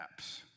apps